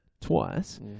twice